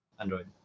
android